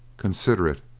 considerate,